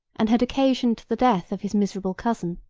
and had occasioned the death of his miserable cousin.